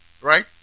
Right